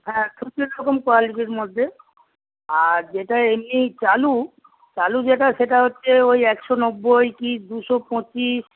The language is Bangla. হ্যাঁ দু তিনরকম কোয়ালিটির মধ্যে আর যেটা এমনি চালু চালু যেটা সেটা হচ্ছে ওই একশো নব্বই কি দুশো পঁচিশ